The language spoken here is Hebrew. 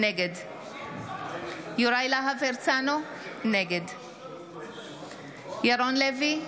נגד יוראי להב הרצנו, נגד ירון לוי,